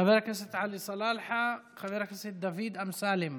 חבר הכנסת עלי סלאלחה, חבר הכנסת דוד אמסלם,